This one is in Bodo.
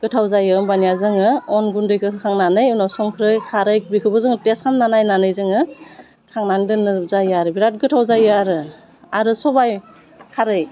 गोथाव जायो होमबानिया जोङो अन गुन्दैखो होखांनानै उनाव संख्रै खारै बिखौबो जोङो टेस्ट खालायना नायनानै जोङो खांनानै दोननो जायो आरो बिराथ गोथाव जायो आरो आरो सबाइ खारै